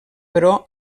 però